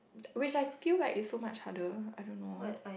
which I feel like is so much harder I don't know